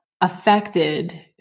affected